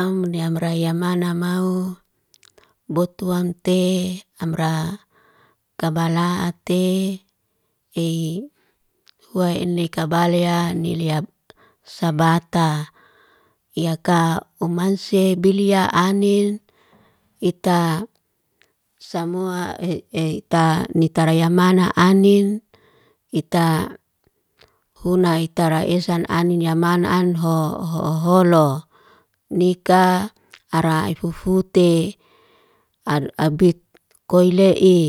Am ni amraya manamau, botoante amra kabala'ate, ey hua ene kabaleya ni liab sabarta. Yaka umanse biliya anin ita samua e ey ta nita rayamana anin, ita huna itara esa anin yaman anho ho'ho holo. Nika ara ai fufute, ar abit koyle'i.